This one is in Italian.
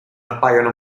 appaiono